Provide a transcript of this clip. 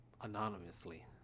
Anonymously